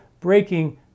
breaking